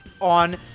on